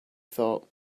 thought